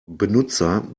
benutzer